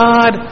God